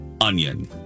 onion